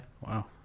Wow